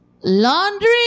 laundry